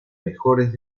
mejores